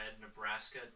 Nebraska